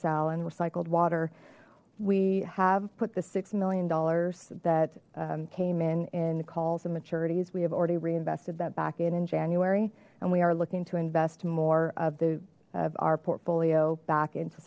and recycled water we have put the six million dollars that came in in calls and maturities we have already reinvested that back in in january and we are looking to invest more of the of our portfolio back into